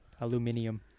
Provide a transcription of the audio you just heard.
aluminium